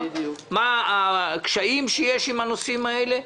מה הקשיים שיש עם הנושאים האלה,